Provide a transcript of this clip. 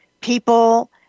people